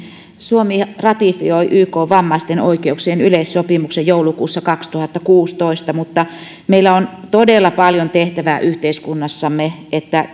suomi ratifioi ykn vammaisten oikeuksien yleissopimuksen joulukuussa kaksituhattakuusitoista mutta meillä on todella paljon tehtävää yhteiskunnassamme että